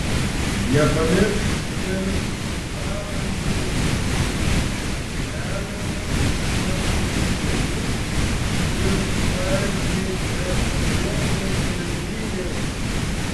nepamiršk didelių kabančių auskarų keleto masyvių žiedų ir smarkiai dekoruotos delninės